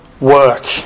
work